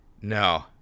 No